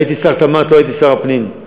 הייתי שר התמ"ת, לא הייתי שר הפנים.